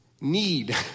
Need